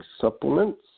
supplements